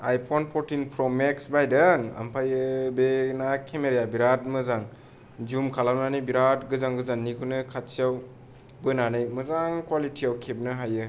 आइ phone fourteen pro max बायदों ओमफ्राय बेना केमेराया बिराद मोजां जुम खालामनानै बिराद गोजान गोजाननिखौनो खाथियाव बोनानै मोजां कुवालिटिआव खेबनो हायो